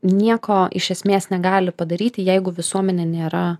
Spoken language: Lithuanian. nieko iš esmės negali padaryti jeigu visuomenė nėra